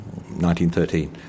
1913